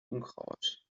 unkraut